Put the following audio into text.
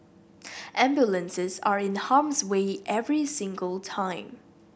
ambulances are in harm's way every single time